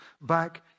back